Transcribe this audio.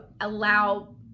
allow